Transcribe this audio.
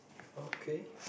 okay